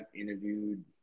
interviewed